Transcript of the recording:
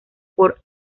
por